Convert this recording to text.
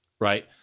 right